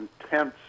intense